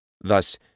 Thus